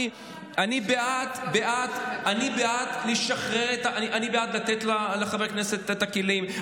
אני בעד לתת לחברי הכנסת את הכלים,